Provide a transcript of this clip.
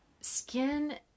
skin